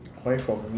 why from me